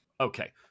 Okay